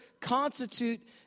constitute